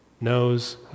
knows